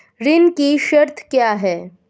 ऋण की शर्तें क्या हैं?